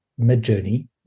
MidJourney